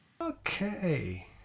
Okay